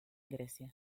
grecia